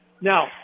Now